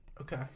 Okay